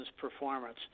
performance